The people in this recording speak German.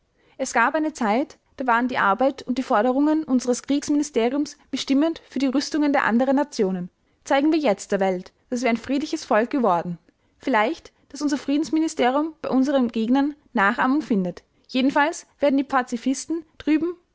es gab eine zeit da waren die arbeit und die forderungen unseres kriegsministeriums bestimmend für die rüstungen der anderen nationen zeigen wir jetzt der welt daß wir ein friedliches volk geworden vielleicht daß unser friedensministerium bei unseren gegnern nachahmung findet jedenfalls werden die pazifisten drüben